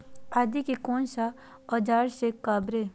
आदि को कौन सा औजार से काबरे?